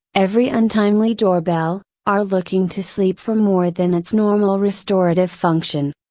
every untimely doorbell, are looking to sleep for more than its normal restorative function.